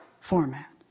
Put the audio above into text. format